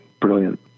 brilliant